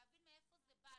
להבין מאיפה זה בא,